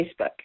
Facebook